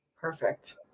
Perfect